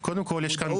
מודעות?